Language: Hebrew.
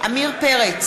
עמיר פרץ,